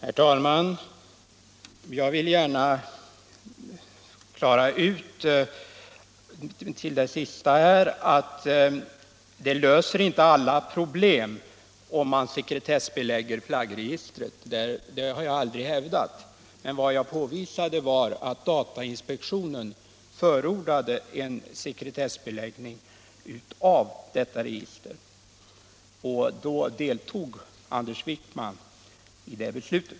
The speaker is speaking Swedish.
Herr talman! Jag vill gärna bekräfta att det inte löser alla problem om man sekretessbelägger flaggregistret — det har jag aldrig hävdat. Vad jag påvisade var att datainspektionen förordade en sekretessbeläggning Nr 49 av registret. I det beslutet deltog Anders Wijkman.